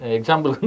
Example